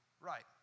right